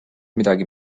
midagi